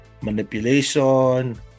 manipulation